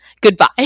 Goodbye